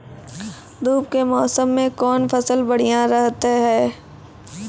धूप के मौसम मे कौन फसल बढ़िया रहतै हैं?